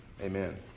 Amen